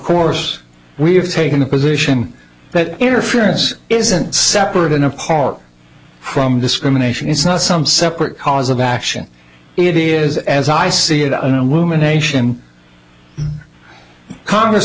course we've taken the position that interference isn't separate and apart from discrimination it's not some separate cause of action it is as i see it and lumination congress